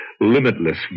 limitless